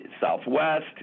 Southwest